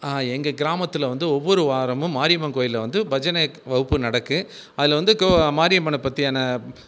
எங்கள் கிராமத்தில் வந்து ஒவ்வொரு வாரமும் மாரியம்மன் கோயிலில் வந்து பஜனை வகுப்பு நடக்கும் அதில் வந்து க மாரியம்மனை பற்றியான